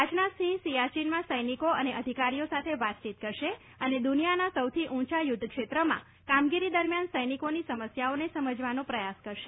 રાજનાથ સિંહ સિયાચીનમાં સૈનિકો અને અધિકારીઓ સાથે વાતચીત કરશે અને દુનિયાનાસૌથી ઊંચા યુદ્ધ ક્ષેત્રમાં કામગીરી દરમ્યાન સૈનિકોની સમસ્યાઓને સમજવાનો પ્રયાસ કરશે